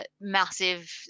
massive